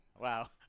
Wow